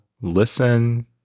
listen